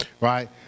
right